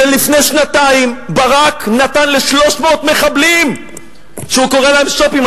ולפני שנתיים ברק נתן ל-300 מחבלים שהוא קורא להם שו"פים,